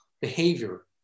behavior